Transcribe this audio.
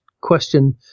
question